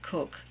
Cook